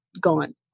gone